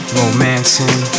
romancing